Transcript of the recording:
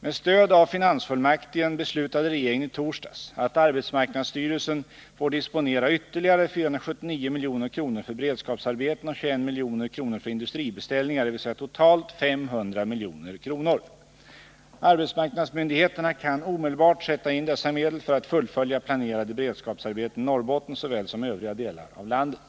Med stöd av finansfullmakten beslutade regeringen i torsdags att arbetsmarknadsstyrelsen får disponera ytterligare 479 milj.kr. för beredskapsarbeten och 21 milj.kr. för industribeställningar, dvs. totalt 500 milj.kr. Arbetsmarknadsmyndigheterna kan omedelbart sätta in dessa medel för att fullfölja planerade beredskapsarbeten i Norrbotten såväl som i övriga delar av landet.